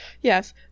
Yes